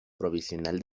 provincial